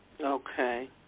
Okay